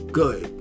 good